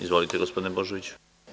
Izvolite gospodine Božoviću.